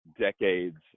decades